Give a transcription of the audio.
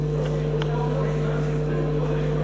נתקבלו.